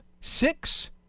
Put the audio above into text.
Six